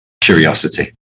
Curiosity